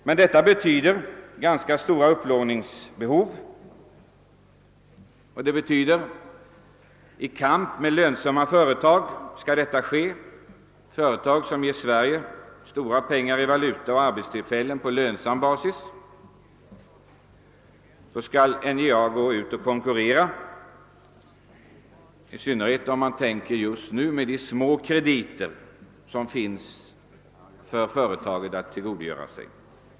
Men det betyder i detta fall att upplåningsbehovet blir ganska stort, och man skall konkurrera om lån med lönsamma företag som ger Sverige stora tillskott i valutor och skapar arbetstillfällen för många. Detta blir särskilt allvarligt i en tid som den nuvarande då endast små krediter står till företagens förfogande.